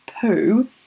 poo